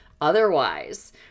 otherwise